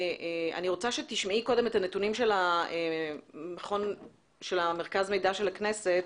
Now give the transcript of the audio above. אני רוצה שתשמעי קודם את הנתונים של מרכז המידע של הכנסת.